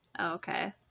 Okay